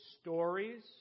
stories